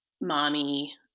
Mommy